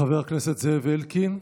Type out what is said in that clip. חבר הכנסת זאב אלקין,